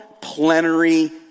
plenary